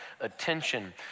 attention